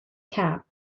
cap